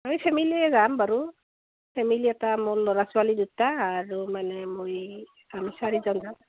আমি ফেমিলীয়ে যাম বাৰু ফেমিলী এটা মোৰ ল'ৰা ছোৱালী দুটা আৰু মানে মই আমি চাৰিজন যাম